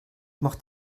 macht